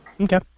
Okay